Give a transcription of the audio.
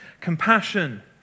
compassion